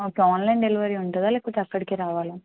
okay online delivery ఉంటుందా లేకపోతే అక్కడికే రావాలా